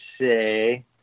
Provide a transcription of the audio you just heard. say